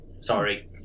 sorry